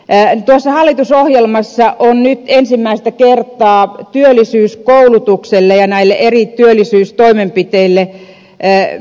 tuossa hallitusohjelmassa on nyt ensimmäistä kertaa sanottu että työllisyyskoulutukselle ja näille eri työllisyystoimenpiteille määritellään laatukriteerit